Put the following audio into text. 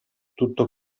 tutto